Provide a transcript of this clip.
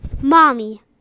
mommy